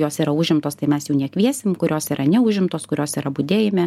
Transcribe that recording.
jos yra užimtos tai mes jų nekviesim kurios yra neužimtos kurios yra budėjime